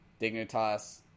Dignitas